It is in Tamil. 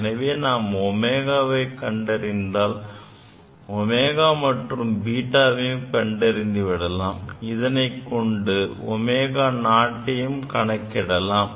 எனவே நாம் ωவை கண்டறிந்தால் ω மற்றும் βவையும் கண்டறிந்துவிடலாம் இதனைக் கொண்டு ω0 கணக்கிடலாம்